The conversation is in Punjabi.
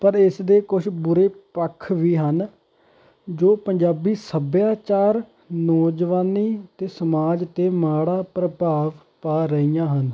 ਪਰ ਇਸ ਦੇ ਕੁਛ ਬੁਰੇ ਪੱਖ ਵੀ ਹਨ ਜੋ ਪੰਜਾਬੀ ਸੱਭਿਆਚਾਰ ਨੌਜਵਾਨੀ ਅਤੇ ਸਮਾਜ 'ਤੇ ਮਾੜਾ ਪ੍ਰਭਾਵ ਪਾ ਰਹੀਆਂ ਹਨ